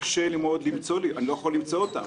קשה מאוד למצוא לי, אני לא יכול למצוא אותם.